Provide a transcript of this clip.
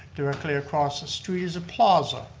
directly across the street is a plaza.